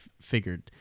figured